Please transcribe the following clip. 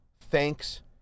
thanks